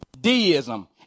deism